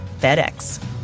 FedEx